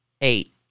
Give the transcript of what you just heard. Eight